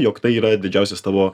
jog tai yra didžiausias tavo